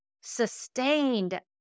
Sustained